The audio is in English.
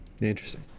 interesting